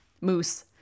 Moose